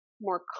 more